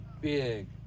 big